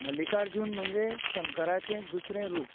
मल्लिकार्जून म्हणजे शंकराचे दुसरें रूप